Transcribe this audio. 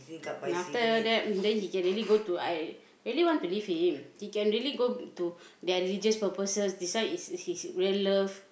then after that then he can really go to I really want to leave him he can really go to their religious purposes this one is his real love